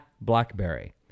BlackBerry